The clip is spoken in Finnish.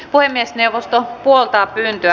puhemiesneuvosto puoltaa pyyntöä